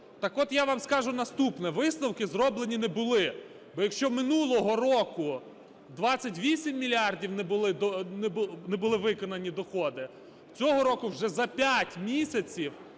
Так от я вам скажу наступне. Висновки зроблені не були. Бо якщо минулого року 28 мільярдів не були виконані доходи, цього року вже за 5 місяців